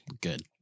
Good